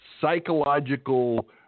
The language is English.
psychological